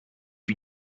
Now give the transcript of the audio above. you